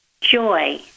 joy